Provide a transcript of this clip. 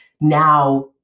Now